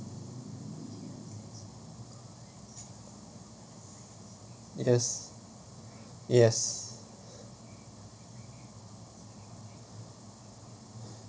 yes yes